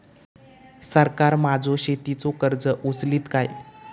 सरकार माझो शेतीचो खर्च उचलीत काय?